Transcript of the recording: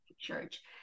church